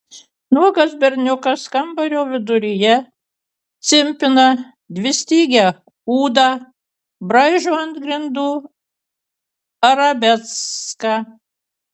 nuogas berniukas kambario viduryje cimpina dvistygę ūdą braižo ant grindų arabeską